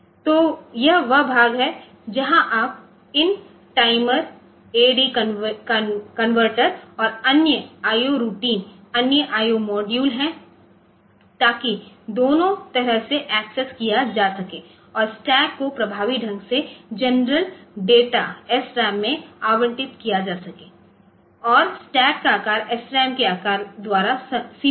तो यह वह जगह है जहां आप इन टाइमर AD कन्वर्टर्स converter और अन्य I O रूटीन अन्य IO मॉड्यूल हैं ताकि दोनों तरह से एक्सेस किया जा सके और स्टैक को प्रभावी ढंग से जनरल डेटा SRAM में आवंटित किया जा सके और स्टैक का आकार SRAM के आकार द्वारा सीमित हो